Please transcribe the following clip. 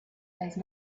those